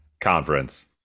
conference